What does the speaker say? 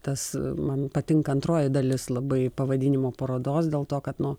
tas man patinka antroji dalis labai pavadinimo parodos dėl to kad nu